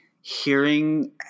hearing